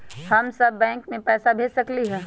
हम सब बैंक में पैसा भेज सकली ह?